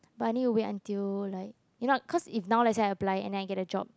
but I need to wait until like you know because if now let say I apply and then I get a job